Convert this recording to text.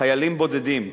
חיילים בודדים,